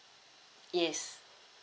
yes